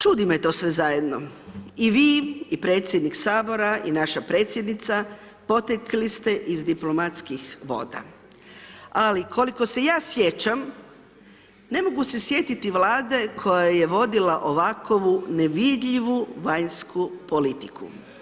Čudi me to sve zajedno i vi i predsjednik Sabora i naša predsjednica, potekli ste iz diplomatskih voda, ali, koliko se ja sjećam, ne mogu se sjetiti vlade, koja je vodila ovakvu nevidljivu vanjsku politiku.